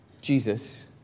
Jesus